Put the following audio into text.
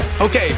Okay